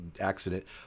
accident